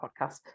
podcast